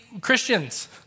Christians